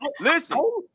listen